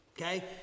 okay